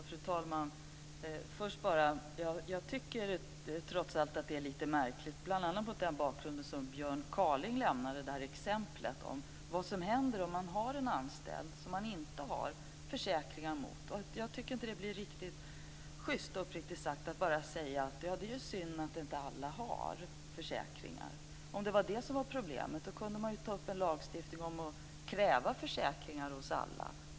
Fru talman! Jag tycker trots allt att det är lite märkligt, bl.a. mot bakgrund av det exempel som Björn Kaaling lämnade på vad som händer om man har en anställd som man inte har försäkringar för. Det är inte riktigt schyst att bara säga att det är synd att inte alla har försäkringar. Om det var det som var problemet kunde man ju ta upp en lagstiftning och kräva försäkringar för alla.